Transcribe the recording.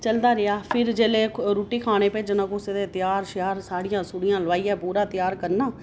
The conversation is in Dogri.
चलदा रेहा फेर जेल्लै रूट्टी खाने भेजना कुसै दे त्यार श्यार साड़ियां सुड़ियां लोआइयै पूरा त्यार करना